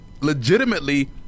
legitimately